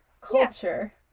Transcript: culture